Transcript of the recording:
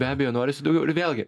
be abejo norisi daugiau ir vėlgi